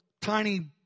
tiny